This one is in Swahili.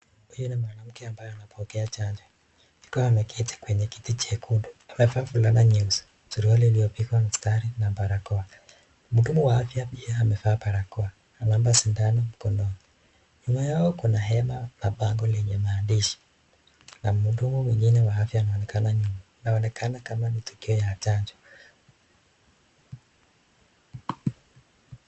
Huyu ni mwanamke ambaye anayepokea chanjo ni kama ameketi kwenye kiti jekundu amevaa fulana nyeusi suruali iliyopigwa mistari na barakoa. Mhudumu wa afya pia amevaa barakoa anampa sindano mkono, nyuma yao kuna hema na bango lenye maandishi na mhudumu mwingine wa afya anaonekana nyuma inaonekana nikama ni tukio ya chanjo.